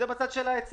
זה לא נכון.